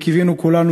וקיווינו כולנו,